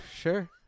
Sure